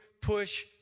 push